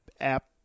app